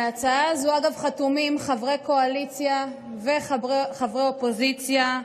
על ההצעה הזו חתומים גם חברי קואליציה וגם חברי אופוזיציה,